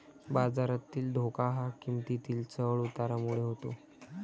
बाजारातील धोका हा किंमतीतील चढ उतारामुळे होतो